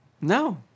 No